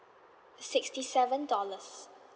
sixty seven dollars